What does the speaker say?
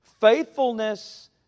Faithfulness